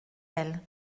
elle